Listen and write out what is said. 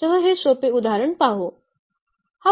सह हे सोपे उदाहरण पाहू